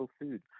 food